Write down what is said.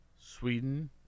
Sweden